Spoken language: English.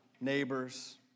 neighbors